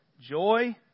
joy